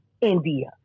India